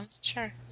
Sure